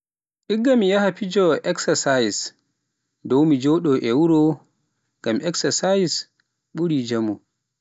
Igga mi yaha fijo eksasayis dow mi jooɗo e wuro, ngam eksasayis ɓuri jaamu.